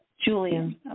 Julian